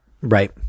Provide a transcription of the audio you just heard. right